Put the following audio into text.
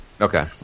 Okay